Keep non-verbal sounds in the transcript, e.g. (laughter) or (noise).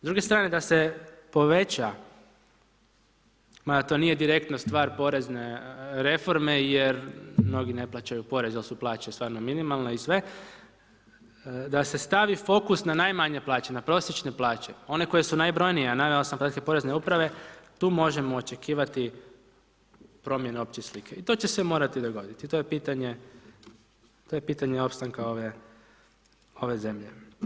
S druge strane da se poveća, mada to nije direktno stvar porezne reforme, jer mnogi ne plaćaju porez jer su plaće stvarno minimalne i sve, da se stavi fokus na najmanje plaće, na prosječne plaće, one koje su najbrojnije, a … (unintelligible) porezne uprave, tu možemo očekivati promjene opće slike i to će se morati dogoditi i to je pitanje opstanka ove zemlje.